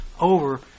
over